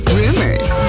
rumors